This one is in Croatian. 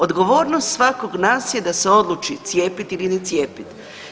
Odgovornost svakog od nas je da se odluči cijepiti ili ne cijepiti.